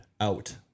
out